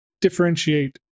differentiate